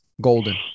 golden